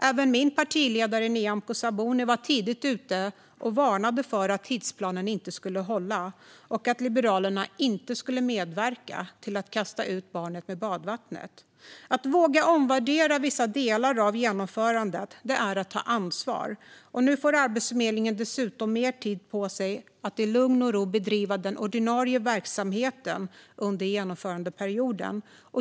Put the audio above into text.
Även min partiledare, Nyamko Sabuni, var tidigt ute och varnade för att tidsplanen inte skulle hålla, och Liberalerna skulle inte medverka till att kasta ut barnet med badvattnet. Att våga omvärdera vissa delar av genomförandet är att ta ansvar. Nu får Arbetsförmedlingen dessutom mer tid på sig att i lugn och ro bedriva den ordinarie verksamheten under genomförandeperioden.